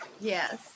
Yes